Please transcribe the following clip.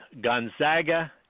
Gonzaga